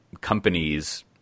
companies